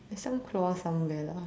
there's some clause somewhere lah